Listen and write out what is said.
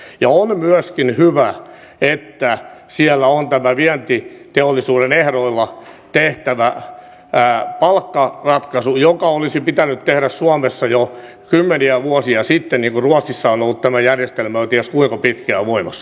ja on myöskin hyvä että siellä on tämä vientiteollisuuden ehdoilla tehtävä palkkaratkaisu joka olisi pitänyt tehdä suomessa jo kymmeniä vuosia sitten niin kuin ruotsissa on ollut tämä järjestelmä jo ties kuinka pitkään jo voimassa